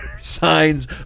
signs